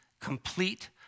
complete